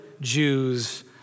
Jews